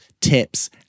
tips